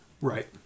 Right